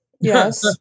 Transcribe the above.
yes